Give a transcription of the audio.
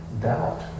doubt